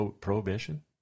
prohibition